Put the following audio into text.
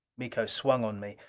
miko swung on me.